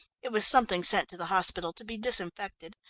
it was something sent to the hospital to be disinfected.